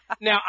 Now